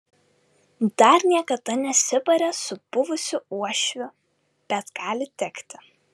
dar niekada nesibarė su buvusiu uošviu bet gali tekti